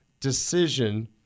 decision